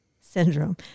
Syndrome